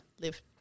live